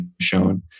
shown